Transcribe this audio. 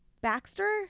Baxter